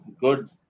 good